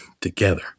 together